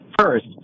first